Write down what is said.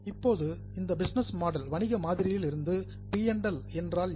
இப்போது இந்த business model வணிக மாதிரியிலிருந்து பி மற்றும் எல் என்றால் என்ன